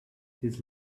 his